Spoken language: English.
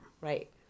Right